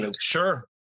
sure